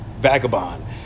vagabond